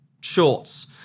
shorts